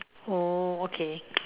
oh okay